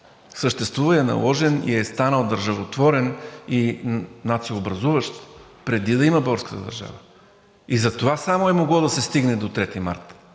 съществува и е наложен, и е станал държавотворен, и нациообразуващ, преди да я има българската държава. Затова само е могло да се стигне до 3 март.